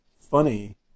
funny